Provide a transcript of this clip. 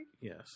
yes